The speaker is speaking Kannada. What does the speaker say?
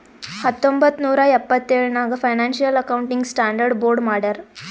ಹತ್ತೊಂಬತ್ತ್ ನೂರಾ ಎಪ್ಪತ್ತೆಳ್ ನಾಗ್ ಫೈನಾನ್ಸಿಯಲ್ ಅಕೌಂಟಿಂಗ್ ಸ್ಟಾಂಡರ್ಡ್ ಬೋರ್ಡ್ ಮಾಡ್ಯಾರ್